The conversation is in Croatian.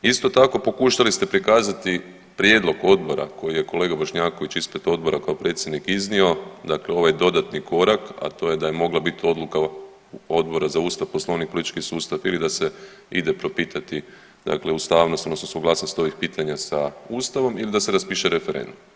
Isto tako pokušali ste prikazati prijedlog Odbora koji je kolega Bošnjaković ispred Odbora kao predsjednik iznio dakle ovaj dodatni korak, a to je da je mogla biti odluka Odbora za Ustav, Poslovnik i politički sustav ili da se ide propitati dakle ustavnost odnosno suglasnost ovih pitanja sa Ustavom ili da se raspiše referendum.